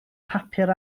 papur